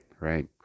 right